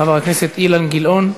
חבר הכנסת אילן גילאון,